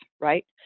right